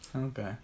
Okay